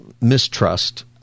mistrust